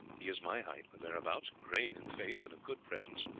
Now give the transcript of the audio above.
he is my height or thereabouts, grave in face and of good presence.